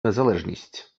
незалежність